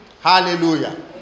Hallelujah